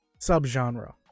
subgenre